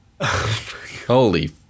Holy